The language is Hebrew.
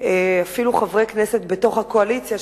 אפילו חברי כנסת בתוך הקואליציה,